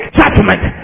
judgment